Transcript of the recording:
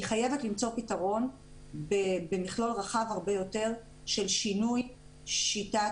היא חייבת למצוא פתרון במכלול הרבה יותר רחב של שינוי שיטת